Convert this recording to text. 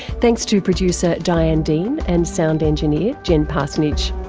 thanks to producer diane dean and sound engineer jen parsonage.